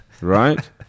right